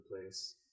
place